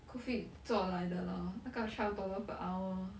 COVID 做来的 lor 那个 twelve dollar per hour